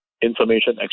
information